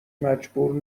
مجبور